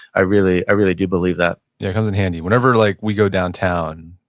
i really i really do believe that yeah, it comes in handy. whenever like we go downtown,